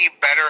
better